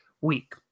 week